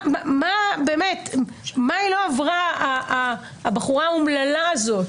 באמת, מה היא לא עברה הבחורה האומללה הזאת?